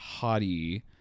hottie